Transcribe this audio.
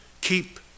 keep